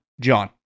John